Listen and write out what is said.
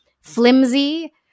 flimsy